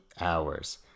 hours